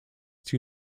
two